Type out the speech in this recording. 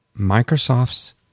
Microsoft's